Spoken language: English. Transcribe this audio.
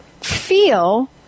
feel